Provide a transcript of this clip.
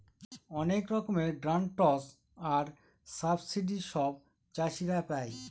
অনেক রকমের গ্রান্টস আর সাবসিডি সব চাষীরা পাই